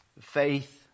Faith